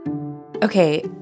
Okay